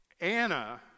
Anna